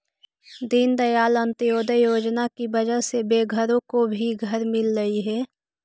दीनदयाल अंत्योदय योजना की वजह से बेघरों को घर भी मिललई हे